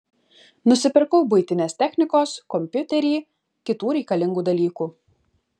nusipirkau buitinės technikos kompiuterį kitų reikalingų dalykų